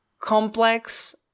complex